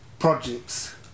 Projects